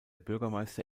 bürgermeister